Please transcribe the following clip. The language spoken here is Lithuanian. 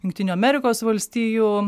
jungtinių amerikos valstijų